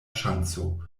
ŝanco